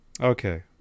Okay